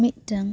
ᱢᱤᱫᱴᱟᱹᱝ